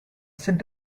sent